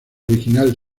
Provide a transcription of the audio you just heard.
original